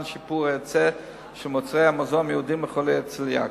שיפור ההיצע של מוצרי המזון המיועדים לחולי הצליאק,